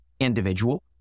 individual